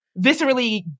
viscerally